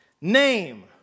name